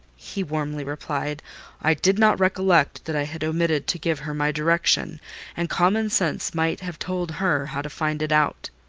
he warmly replied i did not recollect that i had omitted to give her my direction and common sense might have told her how to find it out.